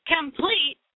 Complete